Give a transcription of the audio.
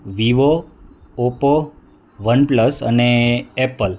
Vivo Oppo OnePlus અને Apple